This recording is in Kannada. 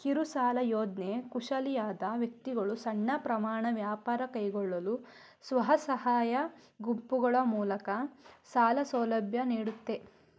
ಕಿರುಸಾಲ ಯೋಜ್ನೆ ಕುಶಲಿಯಲ್ಲದ ವ್ಯಕ್ತಿಗಳು ಸಣ್ಣ ಪ್ರಮಾಣ ವ್ಯಾಪಾರ ಕೈಗೊಳ್ಳಲು ಸ್ವಸಹಾಯ ಗುಂಪುಗಳು ಮೂಲಕ ಸಾಲ ಸೌಲಭ್ಯ ನೀಡುತ್ತೆ